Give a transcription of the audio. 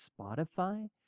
Spotify